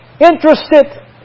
interested